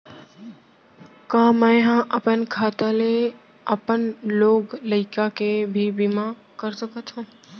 का मैं ह अपन खाता ले अपन लोग लइका के भी बीमा कर सकत हो